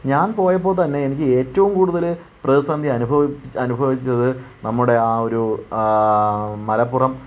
ഞാൻ പോയപ്പോൾ തന്നെ എനിക്ക് ഏറ്റവും കൂടുതൽ പ്രതിസന്ധി അനുഭവിച്ചത് അനുഭവിച്ചത് നമ്മുടെ ആ ഒരു മലപ്പുറം